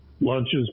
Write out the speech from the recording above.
lunches